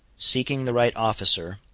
seeking the right officer,